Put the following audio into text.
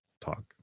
talk